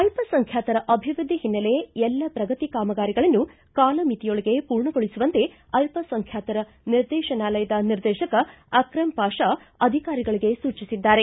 ಅಲ್ಪಸಂಖ್ಯಾತರ ಅಭಿವೃದ್ಧಿ ಹಿನ್ನೆಲೆ ಎಲ್ಲಾ ಪ್ರಗತಿ ಕಾಮಗಾರಿಗಳನ್ನು ಕಾಲಮಿತಿಯೊಳಗೆ ಮೂರ್ಣಗೊಳಿಸುವಂತೆ ಅಲ್ಪಸಂಖ್ಯಾತರ ನಿರ್ದೇಶನಾಲಯದ ನಿರ್ದೇಶಕ ಅಕ್ರಮ್ ಪಾಶಾ ಅಧಿಕಾರಿಗಳಿಗೆ ಸೂಚಿಸಿದ್ದಾರೆ